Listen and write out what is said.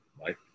Right